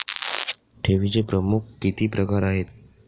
ठेवीचे प्रमुख किती प्रकार आहेत?